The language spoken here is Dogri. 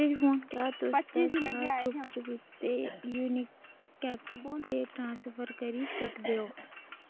क्या तुस पच्ची हजार चुप्प चपीते यूनी कैफ दे ट्रांसफर करी सकदे ओ